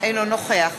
אינו נוכח